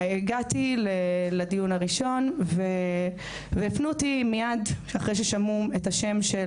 הגעתי לדיון הראשון והפנו אותי מיד אחרי ששמעו את השם של